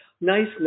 nice